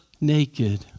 naked